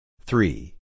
Three